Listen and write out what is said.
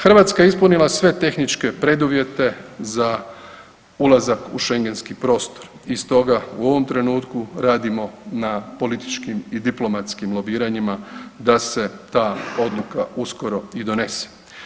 Hrvatska je ispunila sve tehničke preduvjete za ulazak u šengenski prostor i stoga u ovom trenutku radimo na političkim i diplomatskim lobiranjima da se ta odluka uskoro i donese.